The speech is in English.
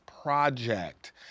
project